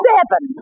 Seven